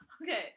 Okay